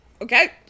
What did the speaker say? Okay